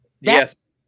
Yes